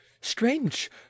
Strange